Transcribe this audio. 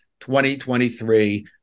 2023